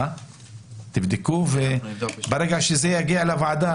תבדקו וברגע שזה יגיע לוועדה,